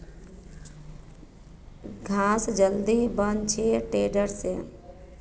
घास जल्दी बन छे टेडर से